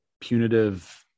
punitive